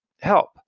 help